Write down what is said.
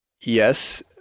yes